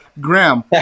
Graham